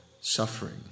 Suffering